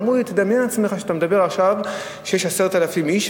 אמרו לי: תדמיין לעצמך שאתה מדבר עכשיו כשיש 10,000 איש,